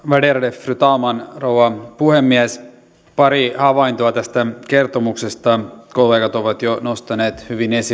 värderade fru talman rouva puhemies pari havaintoa tästä kertomuksesta kollegat ovat jo nostaneet hyvin esille